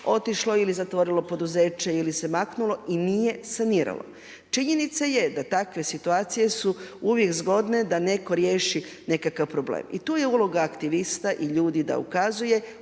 otišlo ili zatvorilo poduzeće ili se maknulo i nije saniralo. Činjenica je da takve situacije su uvijek zgodne da neko riješi nekakav problem. I tu je uloga aktivista i ljudi da ukazuje,